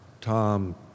tom